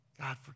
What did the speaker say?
God